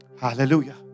Hallelujah